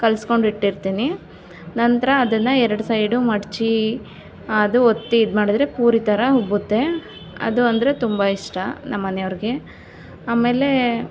ಕಲ್ಸ್ಕೊಂಡು ಇಟ್ಟಿರ್ತೀನಿ ನಂತರ ಅದನ್ನು ಎರಡು ಸೈಡು ಮಡಚಿ ಅದು ಒತ್ತಿ ಇದು ಮಾಡಿದ್ರೆ ಪೂರಿ ಥರ ಉಬ್ಬುತ್ತೆ ಅದು ಅಂದರೆ ತುಂಬ ಇಷ್ಟ ನಮ್ಮನೆಯವ್ರಿಗೆ ಆಮೇಲೆ